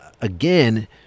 again